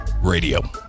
Radio